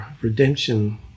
redemption